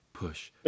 Push